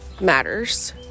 matters